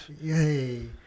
Yay